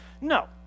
no